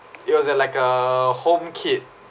it was uh like uh home kit